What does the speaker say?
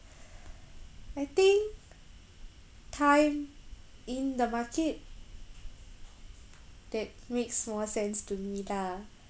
I think time-in the market that makes more sense to me lah